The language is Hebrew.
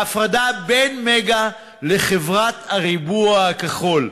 ההפרדה בין "מגה" לחברת "הריבוע הכחול",